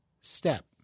step